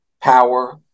power